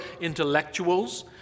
intellectuals